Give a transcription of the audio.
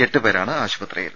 എട്ടു പേരാണ് ആശുപത്രിയിൽ